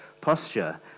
posture